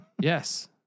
Yes